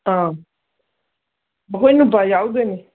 ꯑ ꯑꯩꯈꯣꯏ ꯅꯨꯄꯥ ꯌꯥꯎꯗꯣꯏꯅꯤ